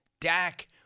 Dak